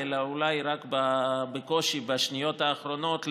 החוק אלא אולי רק בקושי בשניות האחרונות.